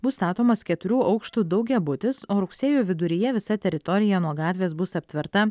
bus statomas keturių aukštų daugiabutis o rugsėjo viduryje visa teritorija nuo gatvės bus aptverta